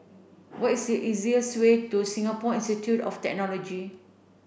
what is the easiest way to Singapore Institute of Technology